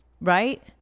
right